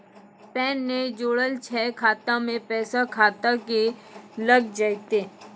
Pan ने जोड़लऽ छै खाता मे पैसा खाता मे लग जयतै?